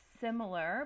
similar